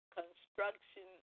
construction